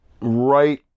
right